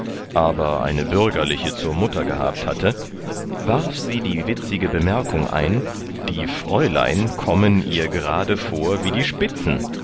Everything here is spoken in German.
aber eine bürgerliche zur mutter gehabt hatte warf sie die witzige bemerkung ein die fräulein kommen ihr gerade vor wie die spitzen